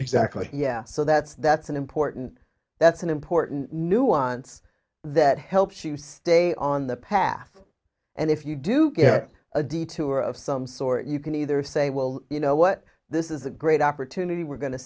exactly yeah so that's that's an important that's an important nuance that helps she would stay on the path and if you do get a detour of some sort you can either say well you know what this is a great opportunity we're going to